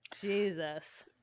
Jesus